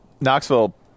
knoxville